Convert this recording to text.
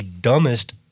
dumbest